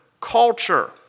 culture